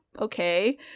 okay